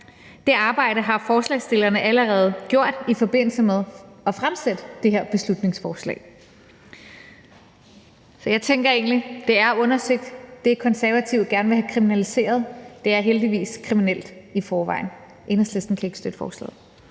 Det arbejde har forslagsstillerne allerede gjort i forbindelse med at fremsætte det her beslutningsforslag. Så jeg tænker egentlig, at det, Konservative gerne vil have kriminaliseret, er undersøgt – det er heldigvis kriminelt i forvejen. Enhedslisten kan ikke støtte forslaget.